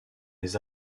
les